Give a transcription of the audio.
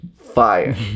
Fire